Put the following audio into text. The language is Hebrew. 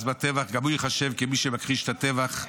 בטבח גם הוא ייחשב כמי שמכחיש את הטבח.